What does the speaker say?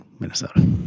Minnesota